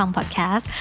Podcast